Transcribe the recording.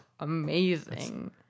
Amazing